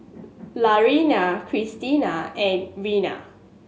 Laraine and Reina